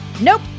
Nope